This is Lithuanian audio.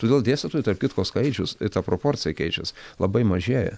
todėl dėstytojų tarp kitko skaičius ta proporcija keičias labai mažėja